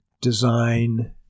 design